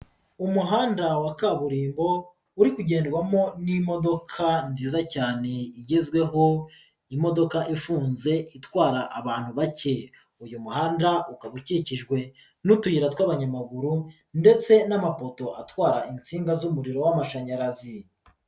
Umuhanda wa kaburimbo uri kugenrwamo n'imodoka nziza cyane igezweho, imodoka ifunze itwara abantu bake, uyu muhanda ukaba ukikijwe n'utuyira tw'abanyamaguru ndetse n'amapoto atwara insinga z'umuriro w'amashanyarazi.